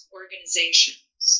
organizations